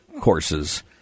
courses